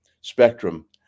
spectrum